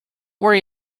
worry